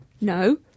No